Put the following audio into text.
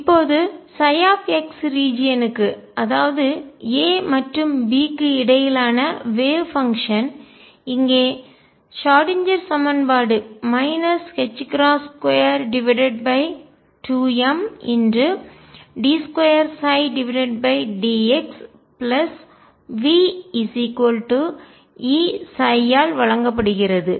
இப்போது x region க்கு பகுதி அதாவது a மற்றும் b க்கு இடையிலான வேவ் பங்ஷன் அலை செயல்பாடு இங்கே ஷ்ராடின்ஜெர் சமன்பாடு 22md2dxVEψ ஆல் வழங்கப்படுகிறது